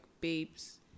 babes